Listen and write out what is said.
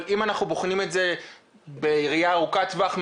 אבל אם אנחנו בוחנים את זה בראייה ארוכת טווח,